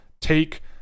take